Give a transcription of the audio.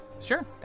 Sure